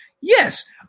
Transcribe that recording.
Yes